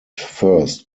first